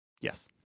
Yes